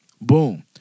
boom